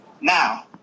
Now